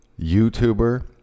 YouTuber